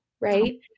right